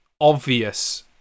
obvious